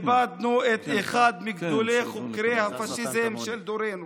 איבדנו את אחד מגדולי חוקרי הפשיזם של דורנו.